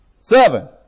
seven